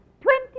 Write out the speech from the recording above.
Twenty